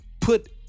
put